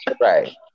right